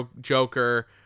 Joker